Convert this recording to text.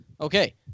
Okay